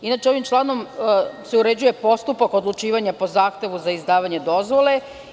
Inače, ovim članom se uređuje postupak odlučivanja po zahtevu za izdavanje dozvole.